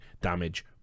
damage